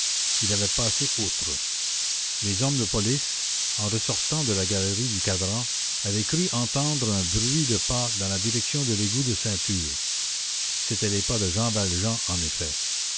il avait passé outre les hommes de police en ressortant de la galerie du cadran avaient cru entendre un bruit de pas dans la direction de l'égout de ceinture c'étaient les pas de jean valjean en effet